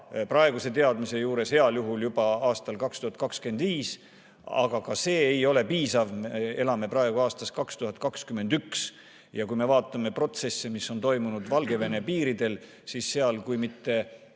praeguse teadmise juures heal juhul juba aastaks 2025. Aga ka see ei ole piisav. Meil on praegu aasta 2021 ja kui me vaatame protsesse, mis on toimunud Valgevene piiridel, siis seal kui mitte